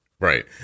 right